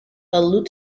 allude